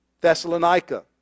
Thessalonica